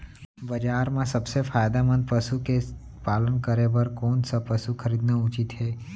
बजार म सबसे फायदामंद पसु के पालन करे बर कोन स पसु खरीदना उचित हे?